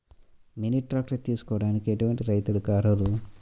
Mini tractor తీసుకోవడానికి ఎటువంటి రైతులకి అర్హులు?